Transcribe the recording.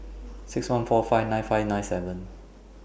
six one four five nine five nine seven